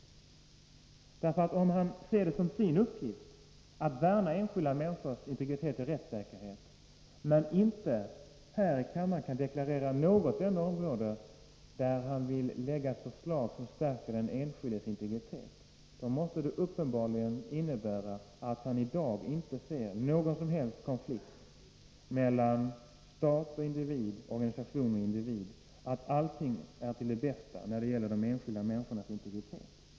Justitieministern säger att han ser det som sin uppgift att värna om enskilda människors integritet och rättssäkerhet, men han nämner här i kammaren inte något enda område där han vill lägga fram förslag som stärker den enskildes integritet. Det måste uppenbarligen innebära att han i dag inte ser någon som helst konflikt mellan stat och individ, organisation och individ. Allting är till det bästa när det gäller de enskilda människornas integritet.